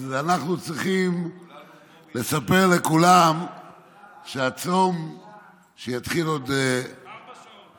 אז אנחנו צריכים לספר לכולם שהצום שיתחיל בעוד ארבע שעות,